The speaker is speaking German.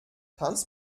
tanz